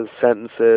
sentences